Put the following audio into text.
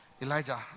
Elijah